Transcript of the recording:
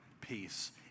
peace